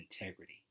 integrity